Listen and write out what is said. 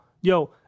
yo